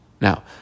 now